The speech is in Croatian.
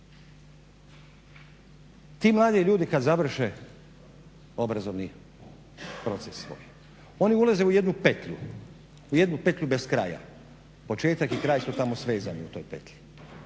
Ti mladi ljudi kada završe obrazovni proces svoj oni ulaze u jednu petlju u jednu petlju bez kraj, početak i kraj su tamo svezani u toj petlji.